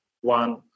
one